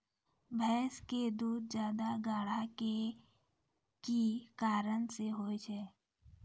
भैंस के दूध ज्यादा गाढ़ा के कि कारण से होय छै?